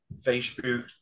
Facebook